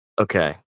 Okay